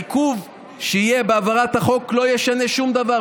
העיכוב שיהיה בהעברת החוק לא ישנה שום דבר.